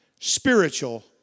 spiritual